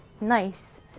nice